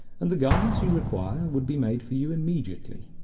and the garments you require would be made for you immediately.